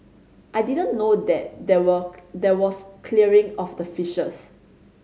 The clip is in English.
I didn't know that there were there was clearing of the fishes